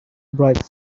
bright